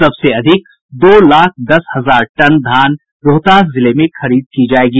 सबसे अधिक दो लाख दस हजार टन धान रोहतास जिले में खरीदा जायेगा